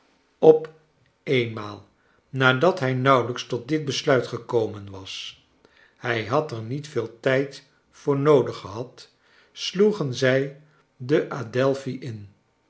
op eenmaal nadat hij nauwelijks tot dit besluit gekomen was hij had er riiet veel tijd voor noodig gehad sloegen zij the adelphi in